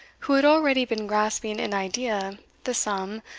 who had already been grasping in idea the sum,